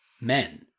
men